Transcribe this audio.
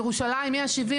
בירושלים יש 73